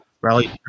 rally